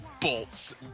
bolts